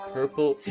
Purple